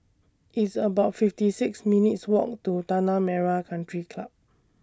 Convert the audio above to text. It's about fifty six minutes' Walk to Tanah Merah Country Club